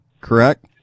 Correct